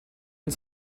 und